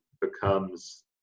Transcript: becomes